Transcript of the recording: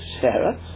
Sarah